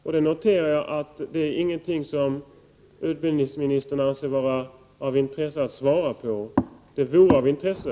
Jag noterar att det är ingenting som utbildningsministern anser vara av intresse att svara på. Det skulle vara av intresse.